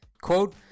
quote